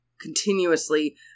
continuously